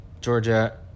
Georgia